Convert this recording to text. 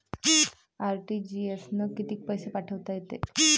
RTGS न कितीक पैसे पाठवता येते?